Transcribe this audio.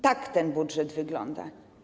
Tak ten budżet wygląda.